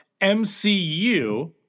MCU